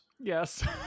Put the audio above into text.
yes